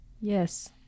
Yes